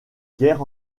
guerre